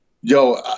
yo